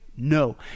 No